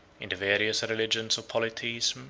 in the various religions of polytheism,